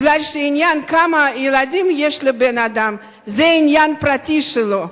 מפני שהעניין של כמה ילדים יש לבן-אדם זה עניין פרטי שלו.